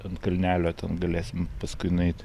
ant kalnelio ten galėsim paskui nueiti